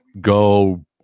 go